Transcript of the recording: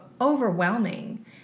overwhelming